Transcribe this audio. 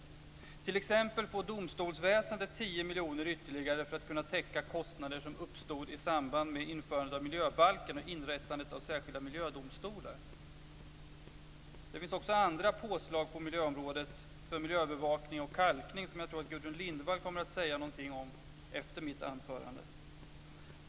Domstolsväsendet får t.ex. 10 miljoner kronor ytterligare för att kunna täcka kostnader som uppstod i samband med införandet av miljöbalken och inrättandet av särskilda miljödomstolar. Det finns också andra påslag på miljöområdet för miljöövervakning och kalkning som jag tror att Gudrun Lindvall kommer att säga någonting om efter mitt anförande.